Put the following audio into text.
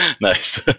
nice